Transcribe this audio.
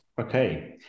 Okay